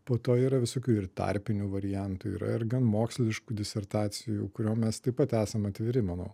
po to yra visokių ir tarpinių variantų yra ir gan moksliškų disertacijų kuriom mes taip pat esame atviri manau